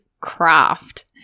craft